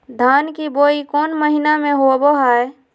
धान की बोई कौन महीना में होबो हाय?